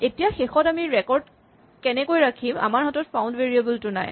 এতিয়া শেষত আমি ৰেকৰ্ড কেনেকৈ ৰাখিম আমাৰ হাতত ফাউন্ড ভেৰিয়েবল টো আৰু নাই